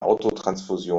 autotransfusion